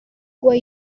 were